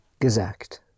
gesagt